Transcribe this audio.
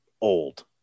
old